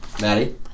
Maddie